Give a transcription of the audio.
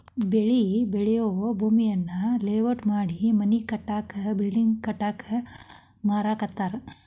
ಬೆಳಿ ಬೆಳಿಯೂ ಭೂಮಿಯನ್ನ ಲೇಔಟ್ ಮಾಡಿ ಮನಿ ಕಟ್ಟಾಕ ಬಿಲ್ಡಿಂಗ್ ಕಟ್ಟಾಕ ಮಾರಾಕತ್ತಾರ